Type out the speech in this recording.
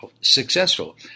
successful